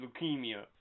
leukemia